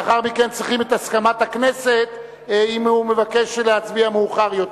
לאחר מכן צריך את הסכמת הכנסת אם הוא מבקש להצביע מאוחר יותר.